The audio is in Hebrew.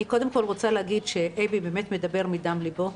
אני קודם כל רוצה להגיד שאייבי באמת מדבר מדם ליבו.